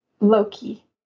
Loki